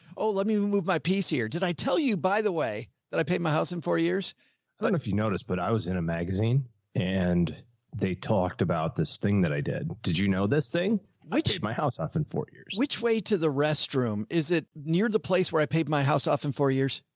oh, let me me move my piece here. did i tell you, by the way, that i paid my house in four years? og i don't know if you noticed, but i was in a magazine and they talked about this thing that i did. did you know this thing? i take my house off in four years. joe which way? to the restroom. is it near the place where i paid my house off in four years?